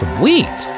Sweet